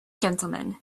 gentlemen